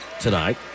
tonight